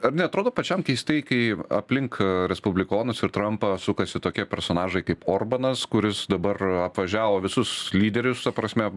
ar neatrodo pačiam keistai kai aplink respublikonus ir trampą sukasi tokie personažai kaip orbanas kuris dabar apvažiavo visus lyderius ta prasme